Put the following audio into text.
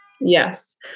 Yes